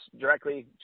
directly